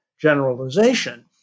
generalization